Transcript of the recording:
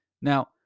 Now